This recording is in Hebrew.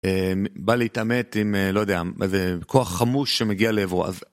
בא להתעמת עם לא יודע איזה כוח חמוש שמגיע לעברו אז.